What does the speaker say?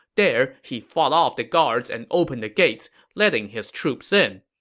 there, he fought off the guards and opened the gates, letting his troops in.